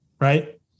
right